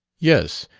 yes.